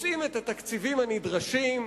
מוצאים את התקציבים הנדרשים,